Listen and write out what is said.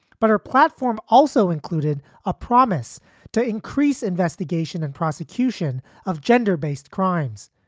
but her platform also included a promise to increase investigation and prosecution of gender based crimes,